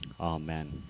Amen